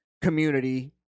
community